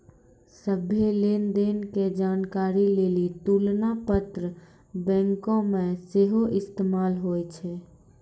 सभ्भे लेन देन के जानकारी लेली तुलना पत्र बैंको मे सेहो इस्तेमाल होय छै